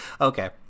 Okay